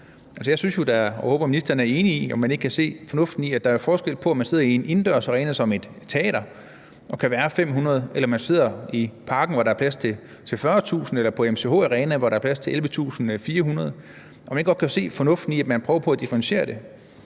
og håber, ministeren er enig i, at der jo er forskel på, om man sidder i en indendørs arena som et teater og kan være 500, eller om man sidder i Parken, hvor der er plads til 40.000, eller på MCH Arena, hvor der er plads til 11.400. Kan man ikke godt se fornuften i, at man prøver på at differentiere det?